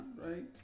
right